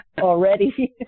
already